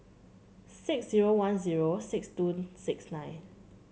six zero one zero six two six nine